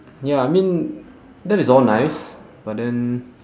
ya I mean that is all nice but then